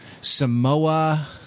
samoa